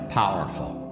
powerful